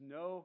no